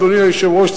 אדוני היושב-ראש,